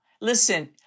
Listen